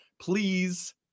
Please